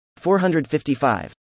455